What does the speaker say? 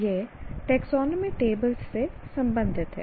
यह taxonomy tables से संबंधित है